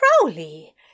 Crowley